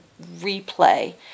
replay